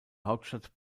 hauptstadt